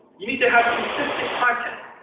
you need to have consistent contact.